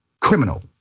criminal